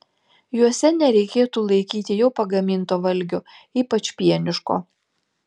juose nereikėtų laikyti jau pagaminto valgio ypač pieniško